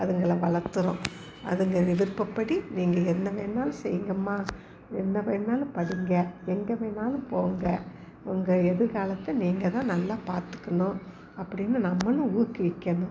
அதுங்களை வளர்த்துறோம் அதுங்க விருப்பப்படி நீங்கள் என்ன வேணுனாலும் செய்யுங்கம்மா என்ன வேணும்னாலும் படிங்க எங்கே வேணுணாலும் போங்க உங்கள் எதிர்க்காலத்தை நீங்கள் தான் நல்லா பார்த்துக்கணும் அப்படின்னு நம்மளும் ஊக்குவிக்கணும்